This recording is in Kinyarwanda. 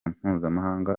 mpuzamahanga